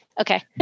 Okay